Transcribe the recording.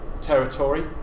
territory